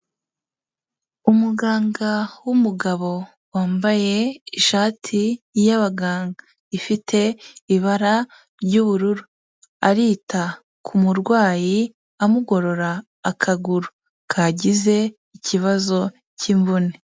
Umuganga w'umugabo wambaye ishati y'abaganga ifite ibara ry'ubururu. Arita ku murwayi amugorora akaguru kagize ikibazo cy'imvune.